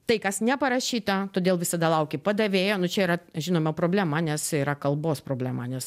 tai kas neparašyta todėl visada lauki padavėjo nu čia yra žinoma problema nes yra kalbos problema nes